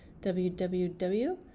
WWW